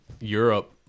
europe